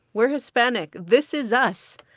we're hispanic this is us.